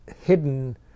hidden